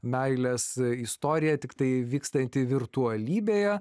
meilės istorija tiktai vykstanti virtualybėje